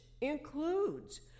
includes